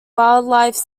wildlife